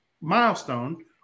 milestone –